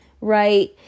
right